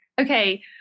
okay